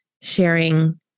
sharing